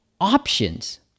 options